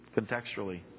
Contextually